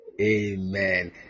Amen